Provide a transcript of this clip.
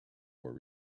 were